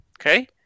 Okay